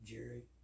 Jerry